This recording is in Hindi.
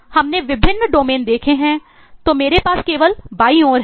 इसलिए हमने विभिन्न डोमेन देखे है तो मेरे पास केवल बाईं ओर है